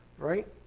Right